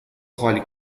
خالی